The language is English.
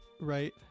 right